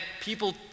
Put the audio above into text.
people